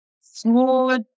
smooth